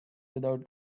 without